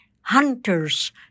hunters